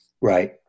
Right